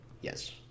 Yes